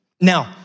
Now